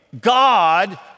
God